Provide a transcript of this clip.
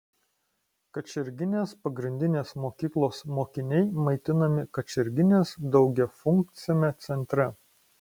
kačerginės pagrindinės mokyklos mokiniai maitinami kačerginės daugiafunkciame centre